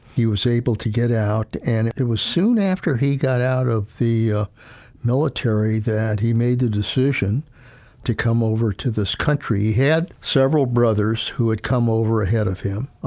he was able to get out. and it was soon after he got out of the ah military that he made the decision to come over to this country. he had several brothers who had come over ahead of him.